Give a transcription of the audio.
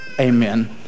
Amen